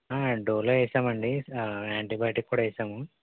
డోలో వేసామండి యాంటిబయోటిక్ కూడా వేసాము